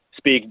speak